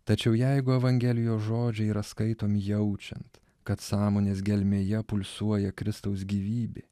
tačiau jeigu evangelijos žodžiai yra skaitomi jaučiant kad sąmonės gelmėje pulsuoja kristaus gyvybė